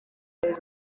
indi